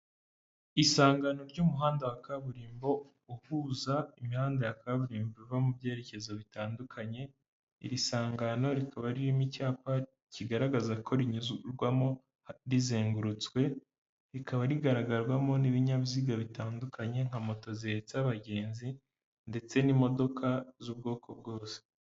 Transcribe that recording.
Isangano ry'umuhanda wa kaburimbo, uhuza imihanda ya kaburimbo riva mu byerekezo bitandukanye, iri sangano rikaba ririmo icyapa kigaragaza ko rinyurwamo rizengurutswe, rikaba rigaragarwamo n'ibinyabiziga bitandukanye, nka moto, zihetse abagenzi, ndetse n'imodoka z'ubwoko bwose.